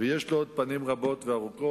ויש לו עוד פנים רבות וארוכות.